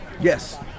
yes